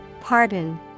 Pardon